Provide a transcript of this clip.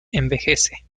envejece